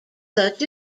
such